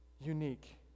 unique